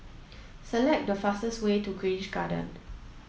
select the fastest way to Grange Garden